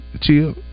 chill